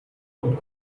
und